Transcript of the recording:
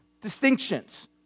distinctions